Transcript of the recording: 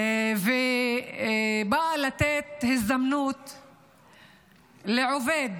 ובאה לתת הזדמנות לעובד,